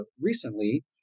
recently